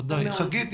חגית,